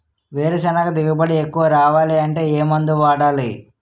వేరుసెనగ దిగుబడి ఎక్కువ రావాలి అంటే ఏ మందు వాడాలి?